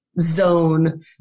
zone